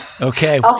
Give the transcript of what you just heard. Okay